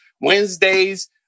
Wednesdays